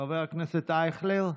חבר הכנסת אייכלר,